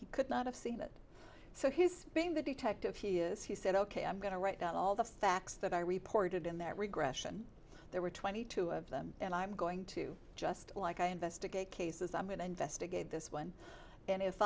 he could not have seen it so his being the detective he is he said ok i'm going to write down all the facts that i reported in there there were twenty two of them and i'm going to just like i investigate cases i'm going to investigate this one and if